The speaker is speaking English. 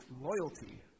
loyalty